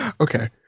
Okay